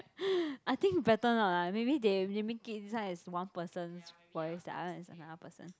I think better not ah maybe they they make it this one is person's voice the other is another person